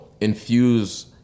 infuse